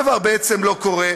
שום דבר בעצם לא קורה,